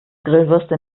grillwürste